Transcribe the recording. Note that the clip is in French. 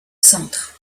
centres